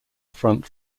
front